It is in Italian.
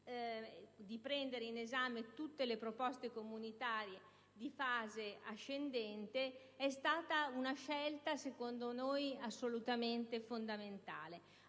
di prendere in esame tutte le proposte comunitarie di fase ascendente è stata, secondo noi, assolutamente fondamentale.